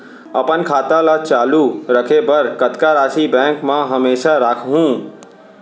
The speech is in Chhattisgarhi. अपन खाता ल चालू रखे बर कतका राशि बैंक म हमेशा राखहूँ?